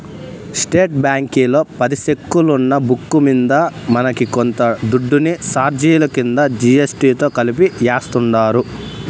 state బ్యాంకీలో పది సెక్కులున్న బుక్కు మింద మనకి కొంత దుడ్డుని సార్జిలు కింద జీ.ఎస్.టి తో కలిపి యాస్తుండారు